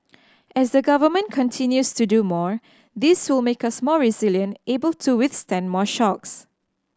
as the Government continues to do more this will make us more resilient able to withstand more shocks